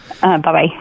Bye-bye